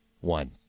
one